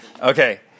Okay